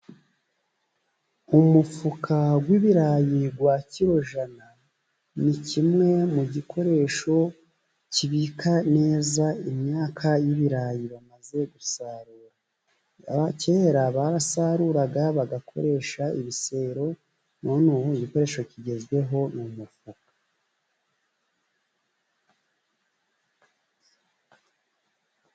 Umufuka w'ibirayi wa kiro jana ni kimwe mu gikoresho kibika neza imyaka y'ibirayi bamaze gusarura. Abakera barasaruraga bagakoresha ibisero none ubu igikoresho kigezweho ni umufuka.